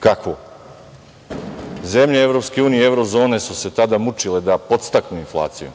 kakvu? Zemlje EU i Evro zone su se tada mučile da podstaknu inflaciju.